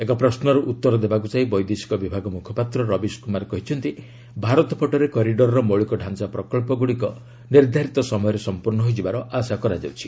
ଏକ ପ୍ରଶ୍ୱର ଉତ୍ତର ଦେବାକୁ ଯାଇ ବୈଦେଶିକ ବିଭାଗ ମୁଖପାତ୍ର ରବିଶ କୁମାର କହିଛନ୍ତି ଭାରତପଟରେ କରିଡରର ମୌଳିକ ଡ଼ାଞା ପ୍ରକଳ୍ପଗୁଡ଼ିକ ନିର୍ଦ୍ଧାରିତ ସମୟରେ ସଂପର୍ଣ୍ଣ ହୋଇଯିବାର ଆଶା କରାଯାଉଛି